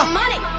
money